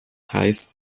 heißt